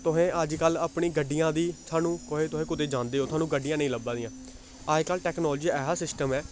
तुस अजकल्ल अपनी गड्डियां दी थुहानूं कोई तुस कुतै जांदे ओ थुहानूं गड्डियां नेईं लब्भा दियां अजकल्ल टैक्नालोजी दा ऐसा सिस्टम ऐ